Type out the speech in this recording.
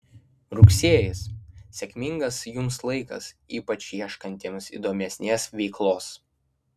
rugsėjis sėkmingas jums laikas ypač ieškantiems įdomesnės veiklos